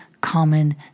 common